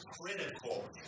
critical